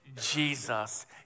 Jesus